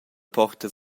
porta